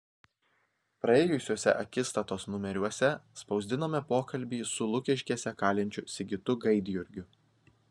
praėjusiuose akistatos numeriuose spausdinome pokalbį su lukiškėse kalinčiu sigitu gaidjurgiu